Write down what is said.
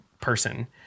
person